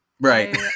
Right